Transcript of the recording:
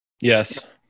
Yes